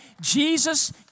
Jesus